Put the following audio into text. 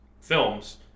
films